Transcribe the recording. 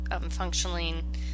functioning